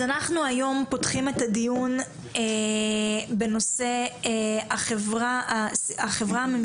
אז אנחנו היום פותחים את הדיון בנושא החברה הממשלתית,